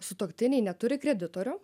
sutuoktiniai neturi kreditorių